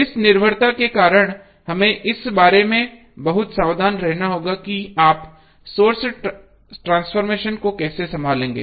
इस निर्भरता के कारण हमें इस बारे में बहुत सावधान रहना होगा कि आप सोर्स ट्रांसफॉर्मेशन को कैसे संभालेंगे